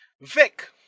Vic